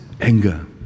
anger